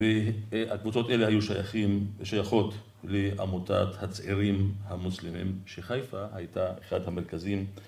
‫והקבוצות אלה היו שייכים שייכות ‫לעמותת הצעירים המוסלמים, ‫שחיפה הייתה אחד המרכזיים.